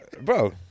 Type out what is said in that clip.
Bro